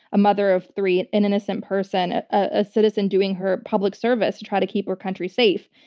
a mother of three, an innocent person, a citizen doing her public service to try to keep her country safe.